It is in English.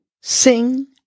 sing